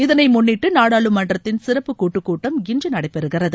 இதனை முன்னிட்டு நாடாளுமன்றத்தின் சிறப்பு கூட்டுக் கூட்டம் இன்று நடைபெறுகிறது